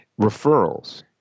referrals